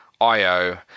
io